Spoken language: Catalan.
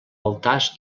altars